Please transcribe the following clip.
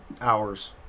hours